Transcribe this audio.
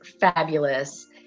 fabulous